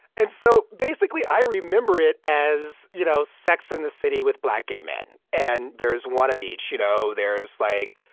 and so basically, i remember it as, you know, sex and the city with black, gay men. and there is one of each. you know, there's, like,